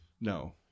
No